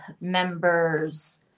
members